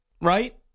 Right